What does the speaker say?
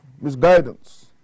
misguidance